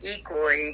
equally